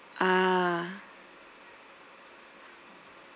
ah